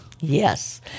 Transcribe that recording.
Yes